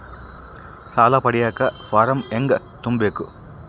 ಸಾಲ ಪಡಿಯಕ ಫಾರಂ ಹೆಂಗ ತುಂಬಬೇಕು?